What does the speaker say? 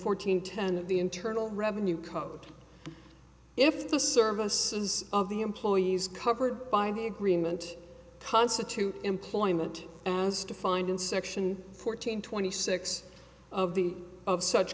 fourteen ten of the internal revenue code if the services of the employees covered by the agreement constitute employment as defined in section fourteen twenty six of the of such